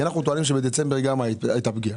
אנחנו טוענים שבדצמבר גם הייתה פגיעה.